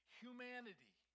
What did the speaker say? humanity